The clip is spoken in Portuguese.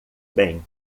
bem